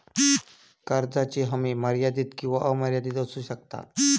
कर्जाची हमी मर्यादित किंवा अमर्यादित असू शकता